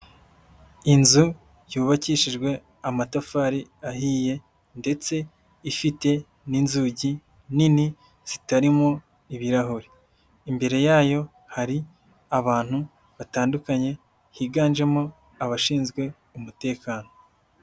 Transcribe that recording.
Inzu yubakishijwe amatafari ahiye ndetse ifite n'inzugi nini zitarimo ibirahure. Imbere yayo hari abantu batandukanye higanjemo abashinzwe umutekano.